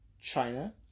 China